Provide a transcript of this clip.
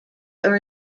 are